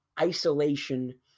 isolation